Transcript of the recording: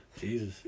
Jesus